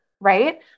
right